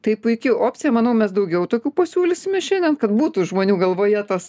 tai puiki opcija manau mes daugiau tokių pasiūlysime šiandien kad būtų žmonių galvoje tas